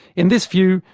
in this view,